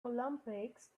olympics